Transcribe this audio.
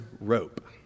rope